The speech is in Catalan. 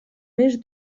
més